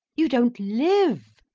you don't live.